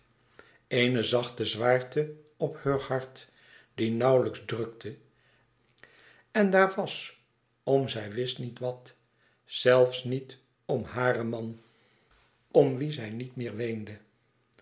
eene zachte zwaarte op heur hart die nauwlijks drukte en daar was om zij wist niet wat zelfs niet om haren man om wien zij niet meer weende